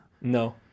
No